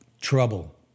trouble